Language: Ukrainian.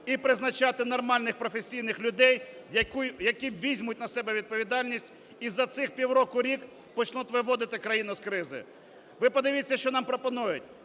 і призначати нормальних професійних людей, які візьмуть на себе відповідальність і за цих півроку-рік почнуть виводити країну з кризи. Ви подивіться, що нам пропонує